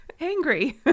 angry